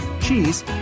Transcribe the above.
cheese